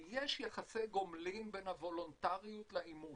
כי יש יחסי גומלין בין הוולונטריות לאימוץ,